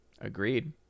Agreed